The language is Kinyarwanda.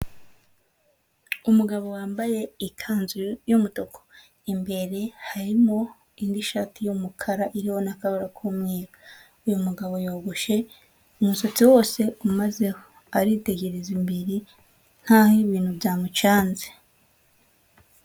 Umugabo wambaye ikanzu y'umutuku, imbere harimo indi shati y'umukara iriho nakabara k'umweru, uyu mugabo yogoshe umusatsi wose umazeho, aritegereza imbere nkaho ibintu byamucanze.